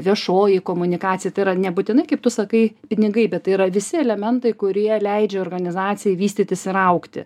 viešoji komunikacija tai yra nebūtinai kaip tu sakai pinigai bet tai yra visi elementai kurie leidžia organizacijai vystytis ir augti